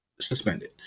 Suspended